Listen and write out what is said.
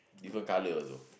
different colour also